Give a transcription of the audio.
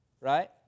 Right